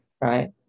right